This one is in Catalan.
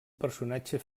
personatge